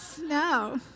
No